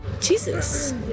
Jesus